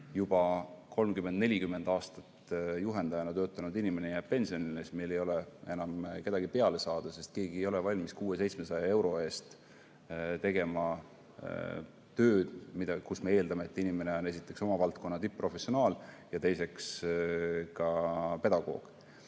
kui 30–40 aastat juhendajana töötanud inimene jääb pensionile, siis ei ole enam kedagi asemele saada, sest keegi ei ole valmis 600–700 euro eest tegema tööd, mille puhul me eeldame, et inimene on esiteks oma valdkonna tipp-professionaal ja teiseks ka pedagoog.